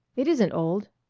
it isn't old.